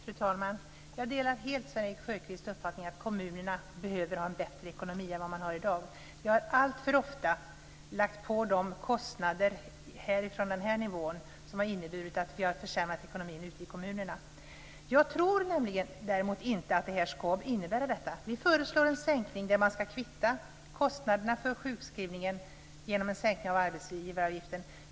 Fru talman! Jag delar helt Sven-Erik Sjöstrands uppfattning att kommunerna behöver ha en bättre ekonomi än vad man har i dag. Vi från riksdagen har alltför ofta lagt på dem kostnader som inneburit att ekonomin ute i kommunerna har försämrats. Däremot tror jag inte att en sjuklöneperiod på 60 dagar leder till en försämring av ekonomin. Vi föreslår att man ska kvitta kostnader för sjukskrivningar mot en sänkning av arbetsgivaravgiften.